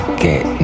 get